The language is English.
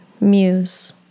muse